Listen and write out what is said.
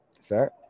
Fair